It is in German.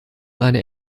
eine